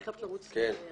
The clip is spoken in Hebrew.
אני חייבת לרוץ --- כן,